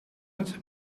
het